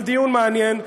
אבל דיון מעניין,